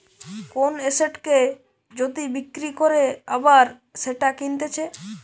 কোন এসেটকে যদি বিক্রি করে আবার সেটা কিনতেছে